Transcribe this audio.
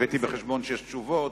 הבאתי בחשבון שיש תשובות,